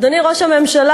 אדוני ראש הממשלה,